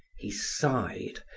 he sighed,